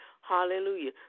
Hallelujah